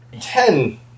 Ten